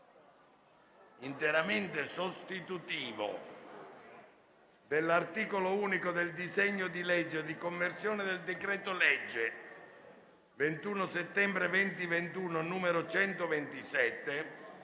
interamente sostitutivo dell'articolo unico del disegno di legge di conversione del decreto-legge 21 settembre 2021, n. 127,